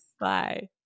Bye